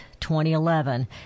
2011